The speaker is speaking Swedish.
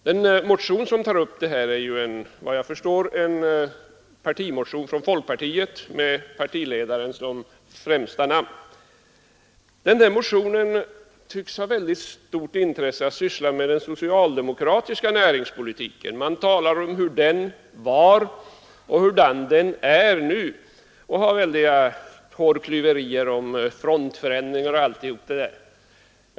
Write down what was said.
Den motion där det här tas upp är efter vad jag förstår en partimotion från folkpartiet med partiledaren som främsta namn. Där tycks man ha mycket stort intresse för att syssla med den socialdemokratiska näringspolitiken. Man talar om hurdan den var och hurdan den är nu och hänger sig åt väldiga hårklyverier om frontförändringar och allt det där.